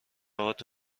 هات